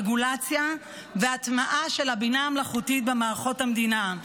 רגולציה והטמעה של הבינה המלאכותית במערכות המדינה.